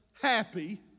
happy